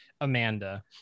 Amanda